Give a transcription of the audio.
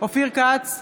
אופיר כץ,